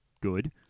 good